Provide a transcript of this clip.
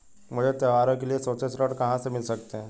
मुझे त्योहारों के लिए छोटे ऋण कहां से मिल सकते हैं?